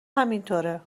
همینطوره